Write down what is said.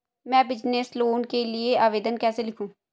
मैं business loan के लिए आवेदन कैसे लिखूँ?